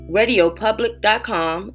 radiopublic.com